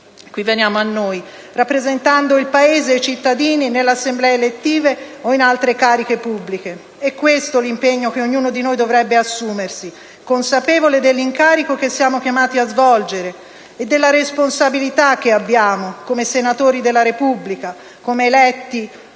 qui veniamo a noi, che rappresentiamo il Paese, i cittadini, nelle Assemblee elettive o in altre cariche pubbliche. È questo l'impegno che ognuno di noi dovrebbe assumersi, consapevole dell'incarico che siamo chiamati a svolgere e della responsabilità che abbiamo come senatori della Repubblica, come eletti